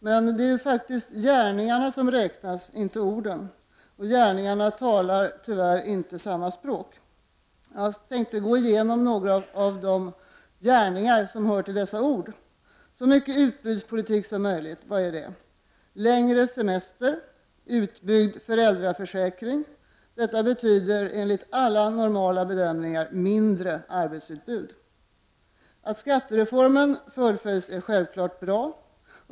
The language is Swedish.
Men det är faktiskt gärningarna som räknas, inte orden och gärningarna talar tyvärr inte samma språk. Jag tänkte gå igenom några av de gärningar som hör till dessa ord. ”Så mycket utbudspolitik som möjligt”, vad innebär det? Längre semester och utbyggd föräldraförsäkring — detta betyder enligt alla normala bedömningar mindre arbetsutbud. Att skattereformen fullföljs är självfallet bra.